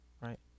right